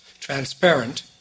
transparent